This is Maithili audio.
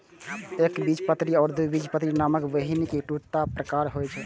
एकबीजपत्री आ द्विबीजपत्री नामक बीहनि के दूटा प्रकार होइ छै